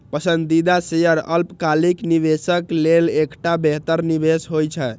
पसंदीदा शेयर अल्पकालिक निवेशक लेल एकटा बेहतर निवेश होइ छै